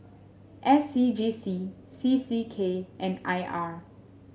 S C G C C C K and I R